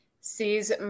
sees